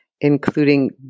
including